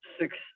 six